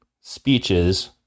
speeches